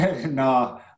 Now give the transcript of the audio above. No